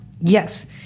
Yes